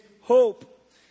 hope